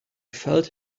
felt